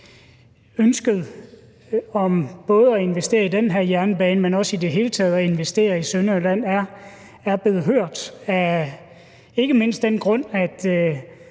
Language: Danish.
ønsket om både at investere i den her jernbane, men også i det hele taget at investere i Sønderjylland er blevet hørt, ikke mindst af den grund, at